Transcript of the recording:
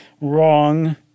Wrong